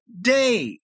day